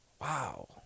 Wow